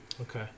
Okay